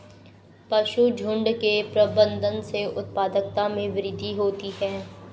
पशुझुण्ड के प्रबंधन से उत्पादकता में वृद्धि होती है